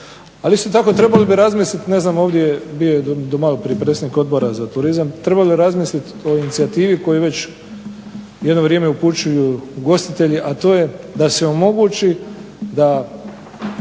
Ali isto tako trebali bi razmisliti, ne znam ovdje bio je do maloprije predstavnik Odbora za turizam, trebali bi razmisliti o inicijativi koju već jedno vrijeme upućuju ugostitelji, a to je da se omogući da